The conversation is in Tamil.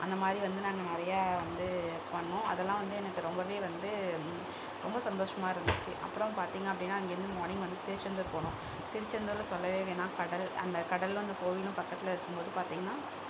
அந்த மாதிரி வந்து நாங்கள் நிறையா வந்து பண்ணிணோம் அதலாம் வந்து எனக்கு ரொம்ப வந்து ரொம்ப சந்தோஷமாக இருந்துச்சு அப்றம் பார்த்தீங்க அப்படினா அங்கேருந்து மார்னிங் வந்து திருச்செந்தூர்போனோம் திருச்செந்தூரில் சொல்லவே வேணாம் கடல் அந்த கடலும் கோவிலும் பக்கத்தில் இருக்கும் போது பார்த்தீங்கனா